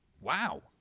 Wow